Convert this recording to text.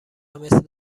مثل